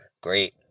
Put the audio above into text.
Great